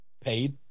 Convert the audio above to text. paid